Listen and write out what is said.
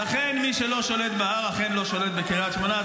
ולכן מי שלא שולט בהר אכן לא שולט בקריית שמונה.